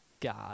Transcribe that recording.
God